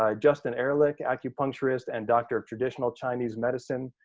ah justin ehrlich, acupuncturist and doctor of traditional chinese medicine.